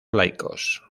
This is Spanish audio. laicos